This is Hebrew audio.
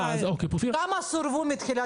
היה מקרה, ילד מחרקוב ששני ההורים שלו רופאים.